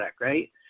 right